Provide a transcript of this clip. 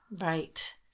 Right